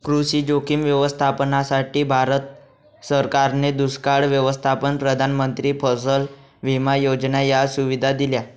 कृषी जोखीम व्यवस्थापनासाठी, भारत सरकारने दुष्काळ व्यवस्थापन, प्रधानमंत्री फसल विमा योजना या सुविधा दिल्या